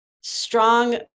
strong